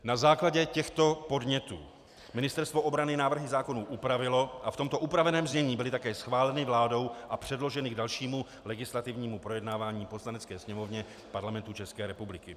Na základě těchto podnětů Ministerstvo obrany návrhy zákonů upravilo a v tomto upraveném znění byly také schváleny vládou a předloženy k dalšímu legislativnímu projednávání v Poslanecké sněmovně Parlamentu České republiky.